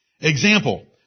Example